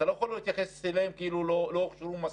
אתה לא יכול להתייחס אליהם כאילו לא הוכשרו מספיק,